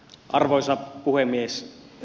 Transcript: arvoisa puhemies